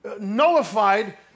nullified